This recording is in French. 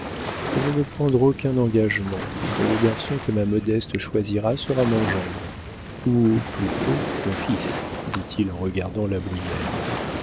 je ne veux prendre aucun engagement et le garçon que ma modeste choisira sera mon gendre ou plutôt mon fils dit-il en regardant la brière